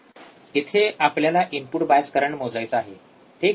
इथे आपल्याला input bias current मोजायचा आहे ठीक